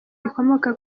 rikomoka